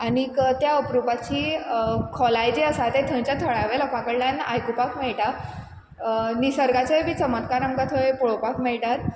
आनीक त्या अप्रुपाची खोलाय जी आसा ते थंच्या थळाव्या लोकां कडल्यान आयकुपाक मेळटा निसर्गाचोय बी चमत्कार आमकां थंय पळोवपाक मेळटात